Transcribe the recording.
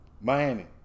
Miami